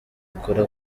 akora